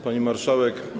Pani Marszałek!